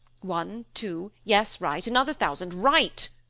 one, two yes, right. another thousand, write!